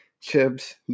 chips